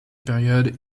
period